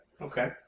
okay